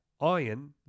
Iron